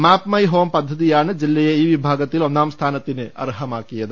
മാ പ്പ് my home പദ്ധതിയാണ് ജില്ലയെ ഈ വിഭാഗത്തിൽ ഒന്നാം സ്ഥാനത്തിന് അർഹമാക്കിയത്